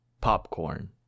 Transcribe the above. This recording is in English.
popcorn